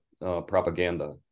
propaganda